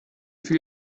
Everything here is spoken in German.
für